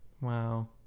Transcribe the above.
Wow